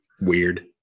Weird